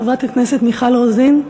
חברת הכנסת מיכל רוזין,